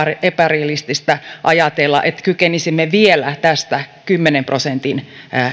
epärealistista ajatella että kykenisimme vielä tästä kymmenen prosentin